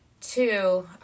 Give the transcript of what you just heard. two